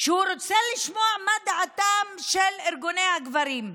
שהוא רוצה לשמוע מה דעתם של ארגוני הגברים,